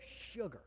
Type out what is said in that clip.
sugar